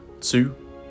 two